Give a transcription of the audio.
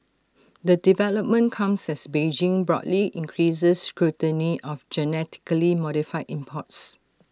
the development comes as Beijing broadly increases scrutiny of genetically modified imports